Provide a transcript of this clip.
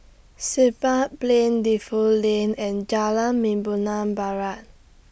Siglap Plain Defu Lane and Jalan Membina Barat